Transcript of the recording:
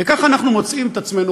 וככה אנחנו מוצאים את עצמנו,